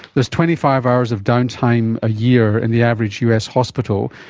there's twenty five hours of downtime a year in the average us hospital,